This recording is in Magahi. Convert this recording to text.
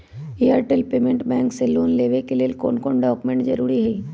एयरटेल पेमेंटस बैंक से लोन लेवे के ले कौन कौन डॉक्यूमेंट जरुरी होइ?